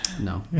No